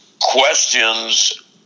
questions